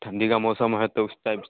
ठंड का मौसम है तो उस टाइप